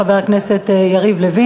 של חבר הכנסת יריב לוין.